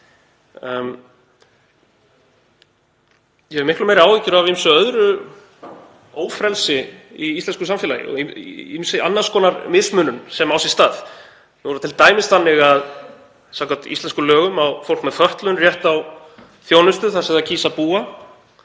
Ég hef miklu meiri áhyggjur af ýmsu öðru ófrelsi í íslensku samfélagi og ýmissi annars konar mismunun sem á sér stað. Nú er það t.d. þannig að samkvæmt íslenskum lögum á fólk með fötlun rétt á þjónustu þar sem það kýs að búa